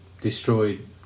destroyed